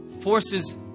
forces